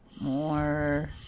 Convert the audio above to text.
more